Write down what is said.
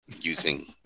using